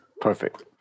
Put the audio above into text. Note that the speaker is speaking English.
Perfect